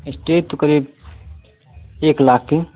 stage तो करीब एक लाख के